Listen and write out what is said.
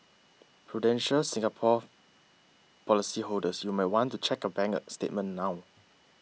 prudential Singapore policyholders you might want to check your bank statement now